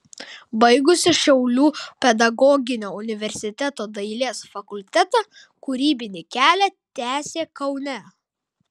baigusi šiaulių pedagoginio universiteto dailės fakultetą kūrybinį kelią tęsė kaune